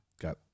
got